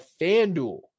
FanDuel